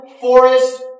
forest